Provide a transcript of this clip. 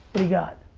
do you got?